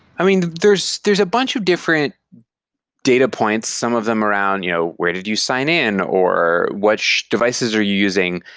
i mean, there's there's a bunch of different data points, some of them around you know where did you sign in or which devices are you using.